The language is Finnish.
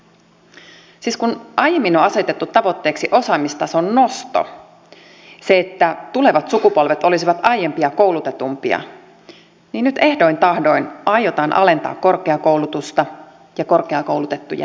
siis kun aiemmin on asetettu tavoitteeksi osaamistason nosto se että tulevat sukupolvet olisivat aiempia koulutetumpia niin nyt ehdoin tahdoin aiotaan alentaa korkeakoulutusta ja korkeakoulutettujen määrää